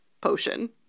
potion